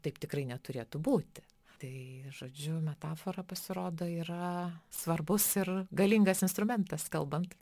taip tikrai neturėtų būti tai žodžiu metafora pasirodo yra svarbus ir galingas instrumentas kalbant